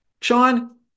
Sean